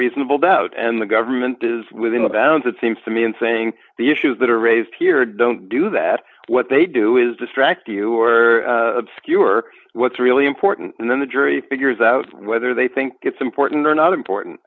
reasonable doubt and the government is within the bounds it seems to me in saying the issues that are raised here don't do that what they do is distract you were obscure what's really important and then the jury figures out whether they think it's important or not important